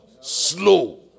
slow